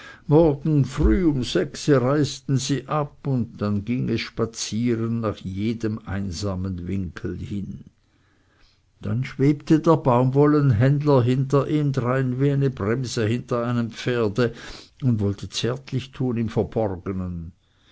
morgen früh um sechse reisten sie ab und dann ging es spazieren nach jedem einsamen winkel hin dann schwebte der baumwollenhändler hinter ihm drein wie eine bremse hinter einem pferde und wollte zärtlich tun im verborgenen